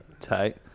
tight